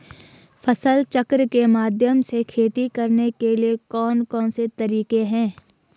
फसल चक्र के माध्यम से खेती करने के लिए कौन कौन से तरीके हैं?